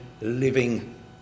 living